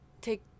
take